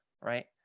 right